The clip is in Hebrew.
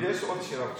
ויש לי עוד שאלה,